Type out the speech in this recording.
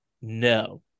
No